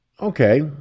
okay